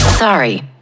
Sorry